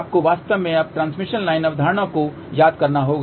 आपको वास्तव में अब ट्रांसमिशन लाइन अवधारणा को याद करना होगा